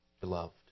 beloved